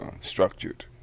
structured